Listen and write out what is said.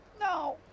No